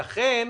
לכן,